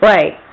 Right